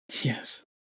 Yes